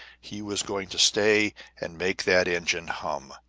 he was going to stay and make that engine hum.